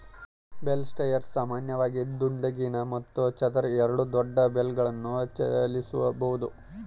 bale spears ಸಾಮಾನ್ಯವಾಗಿ ದುಂಡಗಿನ ಮತ್ತು ಚದರ ಎರಡೂ ದೊಡ್ಡ ಬೇಲ್ಗಳನ್ನು ಚಲಿಸಬೋದು